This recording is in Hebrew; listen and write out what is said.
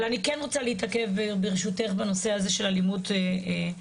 אבל אני כן רוצה להתעכב ברשותך בנושא הזה של אלימות במשפחה,